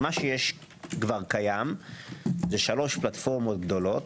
מה שיש כבר קיים זה שלוש פלטפורמות גדולות.